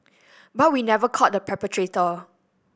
but we never caught the perpetrator